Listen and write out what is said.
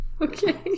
okay